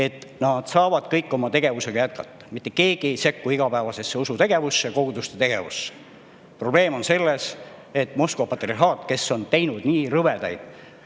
et nad kõik saavad oma tegevust jätkata, mitte keegi ei sekku igapäevasesse usutegevusse, koguduste tegevusse. Probleem on selles, et Moskva patriarhaadiga, kes on teinud nii rõvedaid